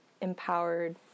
empowered